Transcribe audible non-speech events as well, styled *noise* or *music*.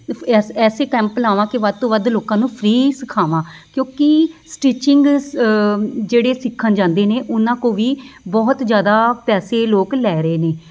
*unintelligible* ਐਸੇ ਐਸੇ ਕੈਂਪ ਲਾਵਾਂ ਕਿ ਵੱਧ ਤੋਂ ਵੱਧ ਲੋਕਾਂ ਨੂੰ ਫ੍ਰੀ ਸਿਖਾਵਾਂ ਕਿਉਂਕਿ ਸਟੀਚਿੰਗ ਸ ਜਿਹੜੇ ਸਿੱਖਣ ਜਾਂਦੇ ਨੇ ਉਹਨਾਂ ਕੋਲ ਵੀ ਬਹੁਤ ਜ਼ਿਆਦਾ ਪੈਸੇ ਲੋਕ ਲੈ ਰਹੇ ਨੇ